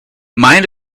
mind